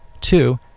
Two